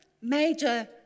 major